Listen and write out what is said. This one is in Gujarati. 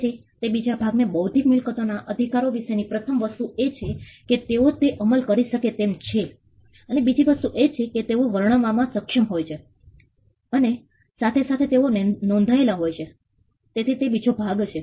તેથી તે બીજો ભાગ છે બૌદ્ધિક મિલકતો ના અધિકારો વિશેની પ્રથમ વસ્તુ એ છે કે તેઓ ને અમલ કરી શકાય તેમ છે અને બીજી વસ્તુ એ કે તેઓ વર્ણવવામાં સક્ષમ હોય છે અને સાથે સાથે તેઓ નોંધાયેલા હોય છે તેથી તે બીજો ભાગ છે